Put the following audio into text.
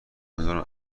امیدوارم